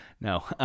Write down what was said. No